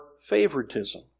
favoritism